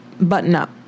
button-up